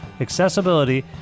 accessibility